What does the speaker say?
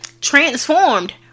transformed